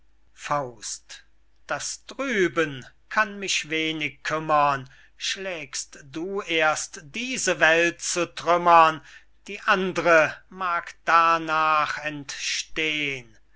thun das drüben kann mich wenig kümmern schlägst du erst diese welt zu trümmern die andre mag darnach entstehn